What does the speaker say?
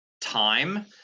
time